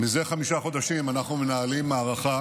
זה חמישה חודשים אנחנו מנהלים מערכה